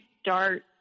start